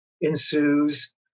ensues